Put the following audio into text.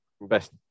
best